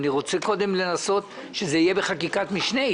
אבל אני רוצה קודם לנסות שזה יהיה בחקיקת משנה,